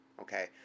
okay